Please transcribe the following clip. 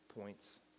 points